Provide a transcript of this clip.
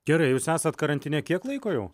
gerai jūs esat karantine kiek laiko jau